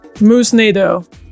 Moose-nado